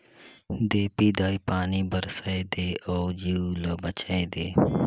देपी दाई पानी बरसाए दे अउ जीव ल बचाए दे